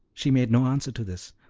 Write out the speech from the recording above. she made no answer to this,